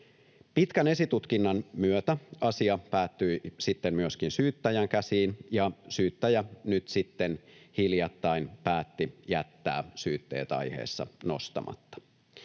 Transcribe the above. Pitkän esitutkinnan myötä asia päätyi sitten myöskin syyttäjän käsiin, ja syyttäjä nyt sitten hiljattain päätti jättää syytteet aiheessa nostamatta.